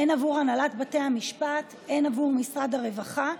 הן בעבור הנהלת בתי המשפט והן בעבור משרד הרווחה,